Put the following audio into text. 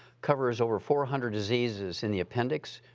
covers over four hundred diseases in the appendix,